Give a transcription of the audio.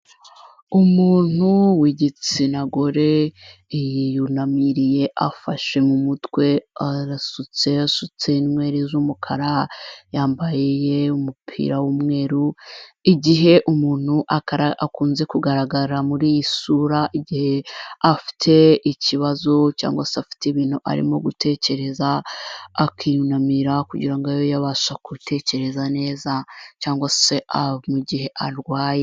Umuntu w'igitsina gore, yiyunamiriye afashe mu mutwe, arasutse, asutse inweri z'umukara, yambaye umupira w'umweru, igihe umuntu akunze kugaragara muri iyi sura, igihe afite ikibazo cyangwase afite ibintu arimo gutekereza, akiyunamira kugira ngo abe yabasha gutekereza neza, cyangwase mu gihe arwaye.